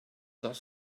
does